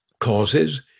causes